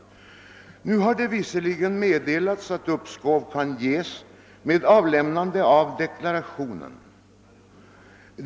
Nu har det dock meddelats att uppskov kan ges med avlämnandet av deklarationer.